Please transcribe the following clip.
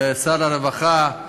לשר הרווחה,